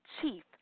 Chief